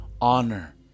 Honor